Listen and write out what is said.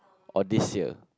or this year